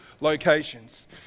locations